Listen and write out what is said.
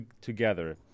together